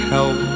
Help